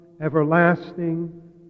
everlasting